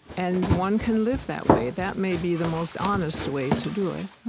and one can live that way. that may be the most honest way to do it